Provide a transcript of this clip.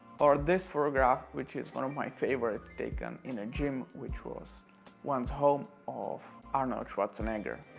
or this photograph which is one of my favorite taken in a gym which was one's home of arnold schwarzenegger.